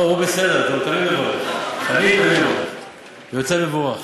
הוא בסדר, הוא תמיד מברך, ויוצא מבורך.